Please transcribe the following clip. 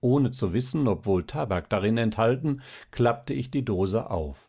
ohne zu wissen ob wohl tabak darin enthalten klappte ich die dose auf